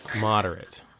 moderate